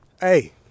hey